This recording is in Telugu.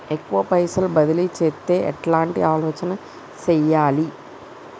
ఎక్కువ పైసలు బదిలీ చేత్తే ఎట్లాంటి ఆలోచన సేయాలి?